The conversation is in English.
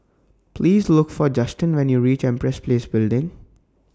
Please Look For Justin when YOU REACH Empress Place Building